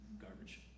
garbage